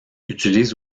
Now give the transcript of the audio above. utilise